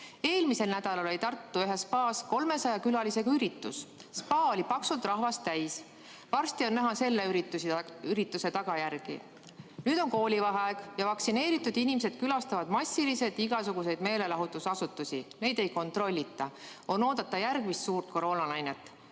Eelmisel nädalal oli Tartu ühes spaas 300 külalisega üritus. Spaa oli paksult rahvast täis. Varsti on näha selle ürituse tagajärgi. Nüüd on koolivaheaeg ja vaktsineeritud inimesed külastavad massiliselt igasuguseid meelelahutusasutusi, neid ei kontrollita. On oodata järgmist suurt koroonalainet,